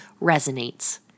resonates